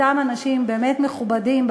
אותם אנשים באמת מכובדים,